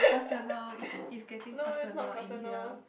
personal it's it's getting personal in here